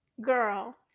Girl